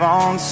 on